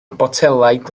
botelaid